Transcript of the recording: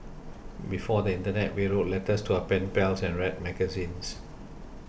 before the internet we wrote letters to our pen pals and read magazines